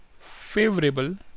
Favorable